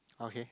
okay